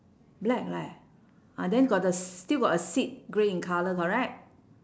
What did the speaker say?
black leh ah then got the still got a seat grey in colour correct